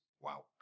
Wow